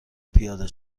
پیاده